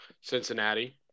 Cincinnati